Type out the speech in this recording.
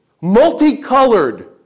multicolored